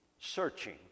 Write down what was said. searching